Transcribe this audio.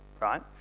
right